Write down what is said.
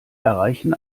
erreichen